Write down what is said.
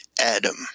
Adam